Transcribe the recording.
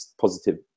positive